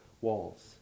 walls